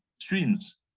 streams